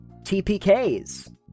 TPKs